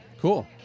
Cool